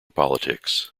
politics